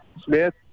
smith